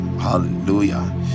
hallelujah